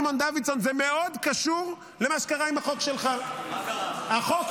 -- מה קרה הבוקר כשתקפו חיילי צה"ל ----- חבר הכנסת סימון דוידסון,